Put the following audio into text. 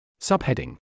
Subheading